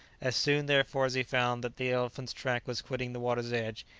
as soon, therefore, as he found that the elephant's track was quitting the water's edge,